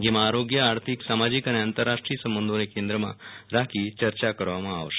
જેમાં આરોગ્ય આર્થિક સામાજીક અને આંતરરાષ્ટ્રીય સંબંધોને કેન્દ્રમાં રાખી ચર્ચા કરવામાં આવશે